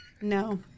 No